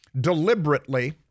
deliberately